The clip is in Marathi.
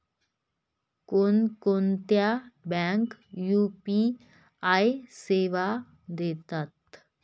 कोणकोणत्या बँका यू.पी.आय सेवा देतात?